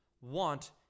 want